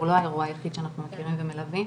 והוא לא האירוע היחיד שאנחנו מכירים ומלווים.